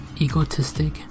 Egotistic